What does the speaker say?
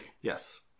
Yes